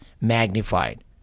magnified